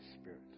Spirit